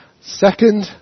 Second